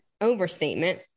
overstatement